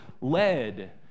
led